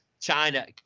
China